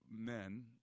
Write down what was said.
men